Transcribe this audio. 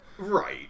Right